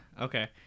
okay